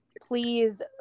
please